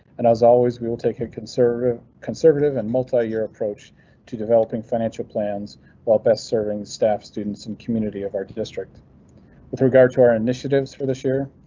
and as always we will take a conservative conservative and multi year approach to developing financial plans. while best serving staff, students and community of our district with regard to our initiatives for this year,